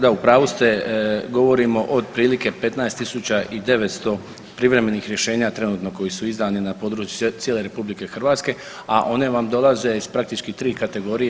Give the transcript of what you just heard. Da, u pravu ste govorimo o otprilike 15.900 privremenih rješenja trenutno koji su izdani na području cijele RH, a one vam dolaze iz praktički tri kategorije.